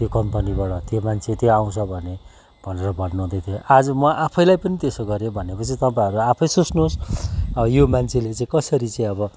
त्यो कम्पनीबाट त्यो मन्छे त्यो आउँछ भने भनेर भन्नु हुँदैथ्यो आज म आफैलाई पनि त्यसो गऱ्यो भनेपछि तपाईँहरू आफै सोच्नुहोस् अब यो मान्छेले चाहिँ कसरी चाहिँ अब